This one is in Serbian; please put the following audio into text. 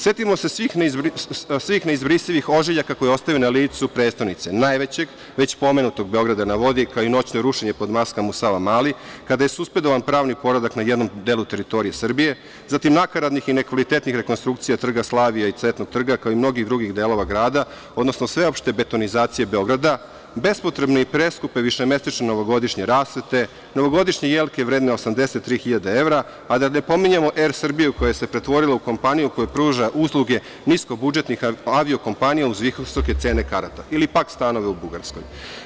Setimo se svih neizbrisivih ožiljaka koje je ostavio na licu prestonice, najvećeg već pomenutog „Beograda na vodi“, kao i noćno rušenje pod maskama na Savamali, kada je suspendovan pravni poredak na jednom delu teritorije Srbije, zatim nakaradnih i nekvalitetnih rekonstrukcija Trga Slavija i Cvetnog trga, kao i mnogih drugih delova grada, odnosno sveopšte betonizacije Beograda, bespotrebne i preskupe višemesečne novogodišnje rasvete, novogodišnje jelke vredne 83 hiljade evra, a da ne pominjemo „Er Srbiju“, koja se pretvorila u kompaniju koja pruža usluge niskobudžetnih aviokompanija uz visoke cene karata, ili pak stanove u Bugarskoj.